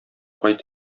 кайт